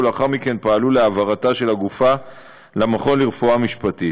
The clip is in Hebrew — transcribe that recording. ולאחר מכן פעלו להעברת הגופה למכון לרפואה משפטית.